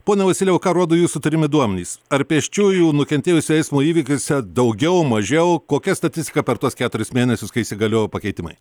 poną vasilijau ką rodo jūsų turimi duomenys ar pėsčiųjų nukentėjusių eismo įvykiuose daugiau mažiau kokia statistika per tuos keturis mėnesius kai įsigaliojo pakeitimai